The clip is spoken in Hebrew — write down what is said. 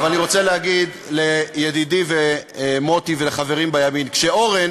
אבל אני רוצה להגיד לידידי מוטי ולחברים בימין: שכשאורן